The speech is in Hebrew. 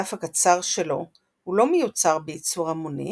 זמן-המדף הקצר שלו הוא לא מיוצר בייצור המוני